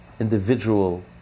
Individual